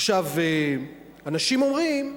עכשיו, אנשים אומרים: